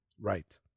right